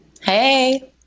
Hey